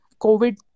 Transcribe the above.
COVID